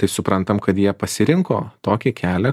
tai suprantam kad jie pasirinko tokį kelią